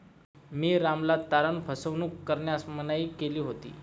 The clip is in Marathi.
मी रामला तारण फसवणूक करण्यास मनाई केली होती